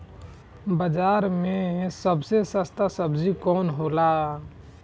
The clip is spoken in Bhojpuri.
बाजार मे सबसे सस्ता सबजी कौन होला?